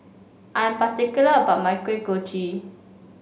I'm particular about my Kuih Kochi